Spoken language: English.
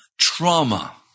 Trauma